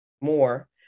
more